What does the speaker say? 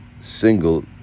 single